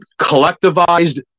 collectivized